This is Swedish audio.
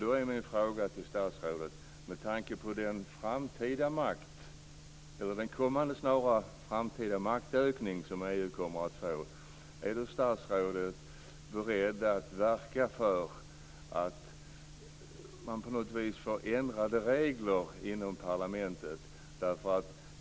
Då är min fråga till statsrådet med tanke på denna framtida maktökning: Är statsrådet beredd att verka för att man på något vis får ändrade regler inom parlamentet?